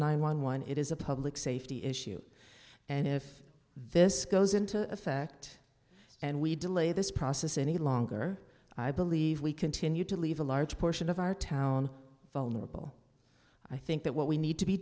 one one it is a public safety issue and if this goes into effect and we delay this process any longer i believe we continue to leave a large portion of our town vulnerable i think that what we need to be